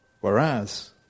Whereas